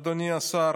אדוני השר,